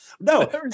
No